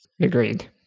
Agreed